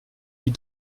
die